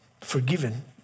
forgiven